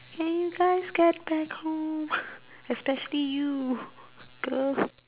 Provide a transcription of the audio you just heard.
can you guys get back home especially you girl